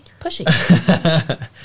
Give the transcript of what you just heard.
pushy